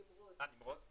נמרוד, נמרוד.